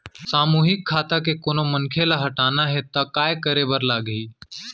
सामूहिक खाता के कोनो मनखे ला हटाना हे ता काय करे बर लागही?